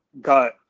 got